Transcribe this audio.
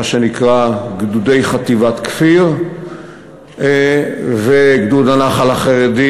מה שנקרא גדודי חטיבת כפיר וגדוד הנח"ל החרדי,